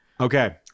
Okay